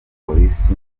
police